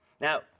Now